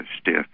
stiff